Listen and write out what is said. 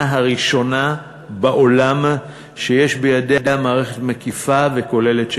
הראשונה בעולם שיש בידיה מערכת מקיפה וכוללת שכזאת.